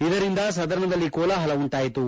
ಇದರಿಂದ ಸದನದಲ್ಲಿ ಕೋಲಾಹಲ ಉಂಟಾಯಿತು